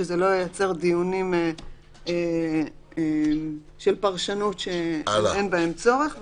שזה לא ייצר דיונים של פרשנות שאין בהם צורך.